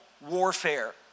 warfare